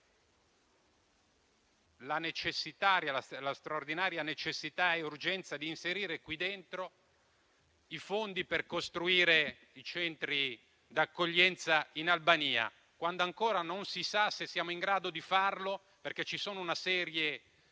la straordinaria necessità e urgenza di inserire qui dentro i fondi per costruire i centri d'accoglienza in Albania, quando ancora non si sa se siamo in grado di farlo? Infatti, ci sono una serie di